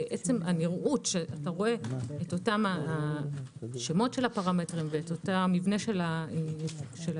ועצם זה שאתה רואה עד כמה השמות של הפרמטרים והמבנה של האישור,